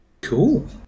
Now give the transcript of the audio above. Cool